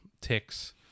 Ticks